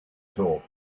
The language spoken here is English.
talk